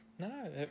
No